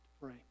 pray